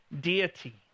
deity